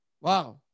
wow